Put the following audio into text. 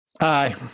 Aye